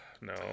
No